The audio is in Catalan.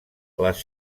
les